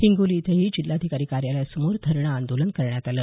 हिंगोली इथं जिल्हाधिकारी कार्यालयासमोर धरणं आंदोलन करण्यात आलं